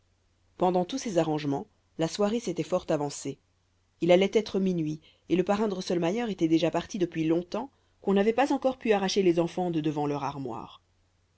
pendant tous ces arrangements la soirée s'était fort avancée il allait être minuit et le parrain drosselmayer était déjà parti depuis longtemps qu'on n'avait pas encore pu arracher les enfants de devant leur armoire